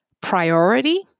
priority